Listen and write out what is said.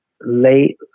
late